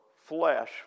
flesh